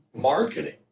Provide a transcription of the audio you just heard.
marketing